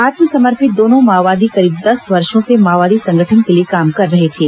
आत्मसमर्पित दोनों माओवादी करीब दस वर्षो से माओवादी संगठन के लिए काम कर रहे थे